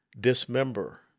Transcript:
dismember